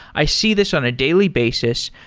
i see this on a daily basis,